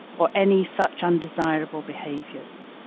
or any such undesirable behaviours.